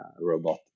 robot